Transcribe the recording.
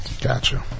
Gotcha